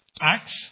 Acts